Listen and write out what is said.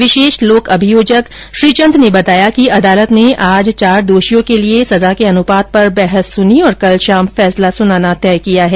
विशेष लोक अभियोजक श्रीचंद ने बताया कि अदालत ने आज चार दोषियों के लिए सजा के अनुपात पर बहस सुनी और कल शाम फैसला सुनाना तय किया है